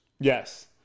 Yes